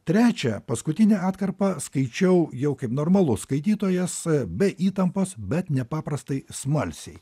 trečią paskutinę atkarpą skaičiau jau kaip normalus skaitytojas be įtampos bet nepaprastai smalsiai